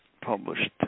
published